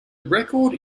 record